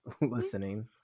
listening